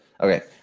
Okay